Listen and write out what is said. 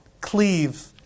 Cleave